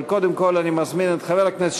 אבל קודם כול אני מזמין את חבר הכנסת